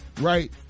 right